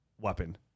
weapon